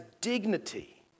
dignity